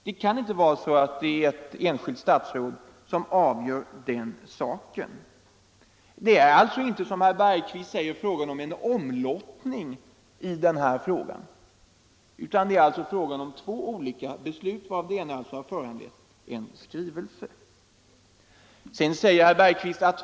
Det kan inte ankomma på ett enskilt statsråd att avgöra saken. Det är inte, som herr Bergqvist säger, fråga om en omlottning i den här frågan, utan det är fråga om två olika beslut av vilka det ena har föranlett en riksdagsskrivelse.